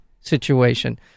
situation